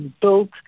built